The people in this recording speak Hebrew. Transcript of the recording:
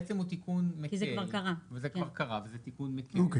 כי בעצם הוא תיקון מקל וזה כבר קרה וגם ניתן